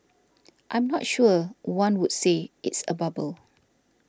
I'm not sure one would say it's a bubble